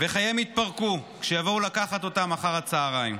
וחייהם יתפרקו כשיבואו לקחת אותם אחר הצוהריים.